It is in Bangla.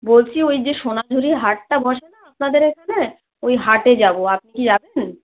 বলছি ওই যে সোনাঝুড়ির হাটটা বসে না আপনাদের এখানে ওই হাটে যাবো আপনি কি যাবেন